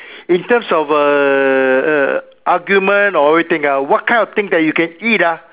in terms of err argument or anything ah what kind of thing that you can eat ah